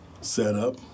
setup